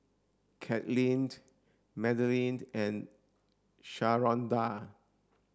Katlynn Madalyn and Sharonda